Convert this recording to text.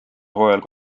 hooajal